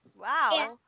Wow